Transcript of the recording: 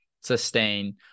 sustain